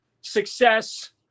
success